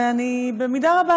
ואני במידה רבה,